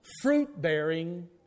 fruit-bearing